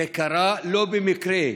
זה קרה לא במקרה.